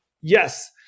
Yes